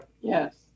Yes